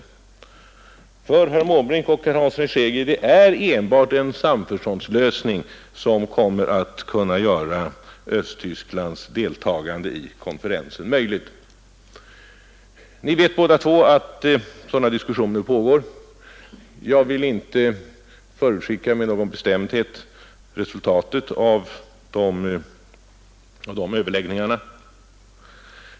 Det är nämligen, herr Måbrink och herr Hansson i Skegrie, enbart en samförståndslösning som kommer att kunna göra Östtysklands deltagande i konferensen möjligt. Ni vet båda två att sådana diskussioner pågår. Jag vill inte med någon bestämdhet förutskicka resultatet av de överläggningarna.